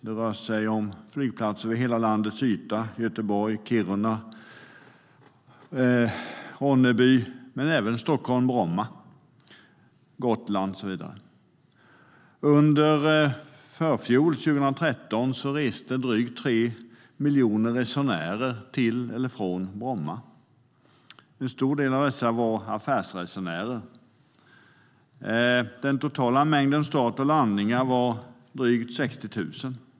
Det rör sig om flygplatser över hela landet - Göteborg, Kiruna, Ronneby, men även Stockholm Bromma, Gotland och så vidare. Under 2013 reste drygt 3 miljoner resenärer till eller från Bromma. En stor del av dessa var affärsresenärer. Den totala mängden starter och landningar var drygt 60 000.